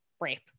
rape